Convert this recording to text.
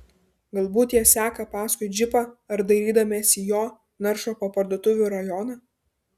galbūt jie seka paskui džipą ar dairydamiesi jo naršo po parduotuvių rajoną